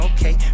Okay